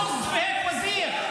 הוא אומר אותו הדבר לכולם.